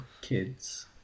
kids